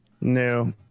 No